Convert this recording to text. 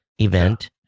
event